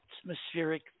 atmospheric